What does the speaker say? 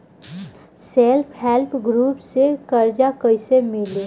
Self help group से कर्जा कईसे मिली?